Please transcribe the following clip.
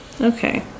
Okay